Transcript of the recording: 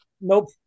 Nope